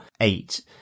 eight